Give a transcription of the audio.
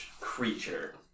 creature